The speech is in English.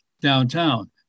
downtown